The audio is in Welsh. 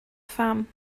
pham